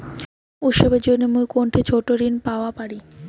উৎসবের জন্য মুই কোনঠে ছোট ঋণ পাওয়া পারি?